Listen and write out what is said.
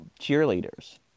cheerleaders